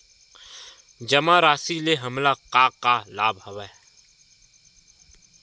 जमा राशि ले हमला का का लाभ हवय?